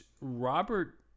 Robert